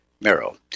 marrow